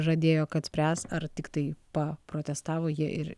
žadėjo kad spręs ar tiktai paprotestavo jie ir